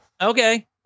okay